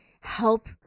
help